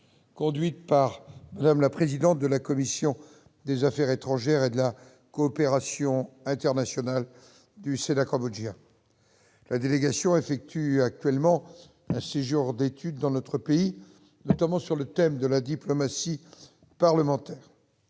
conduite par Mme la présidente de la commission des affaires étrangères et de la coopération internationale du Sénat cambodgien. Cette délégation effectue actuellement un séjour d'étude dans notre pays, notamment sur le thème de la diplomatie parlementaire.